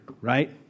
right